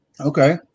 okay